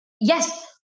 yes